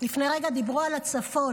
לפני רגע דיברו על הצפון,